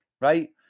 right